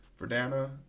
Verdana